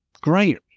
great